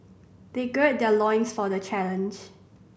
they gird their loins for the challenge